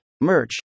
merch